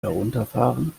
herunterfahren